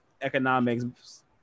economics